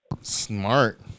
Smart